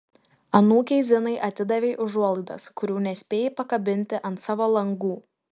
anūkei zinai atidavei užuolaidas kurių nespėjai pakabinti ant savo langų